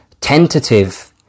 tentative